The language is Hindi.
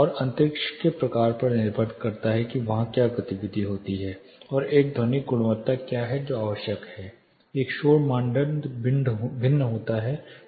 और अंतरिक्ष के प्रकार पर निर्भर करता है कि वहां क्या गतिविधि होती है और एक ध्वनिक गुणवत्ता क्या है जो आवश्यक है यह शोर मानदंड भिन्न होता है